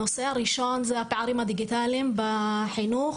הנושא הראשון זה הפערים הדיגיטליים בחינוך,